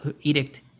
Edict